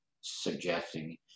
suggesting